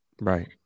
right